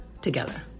together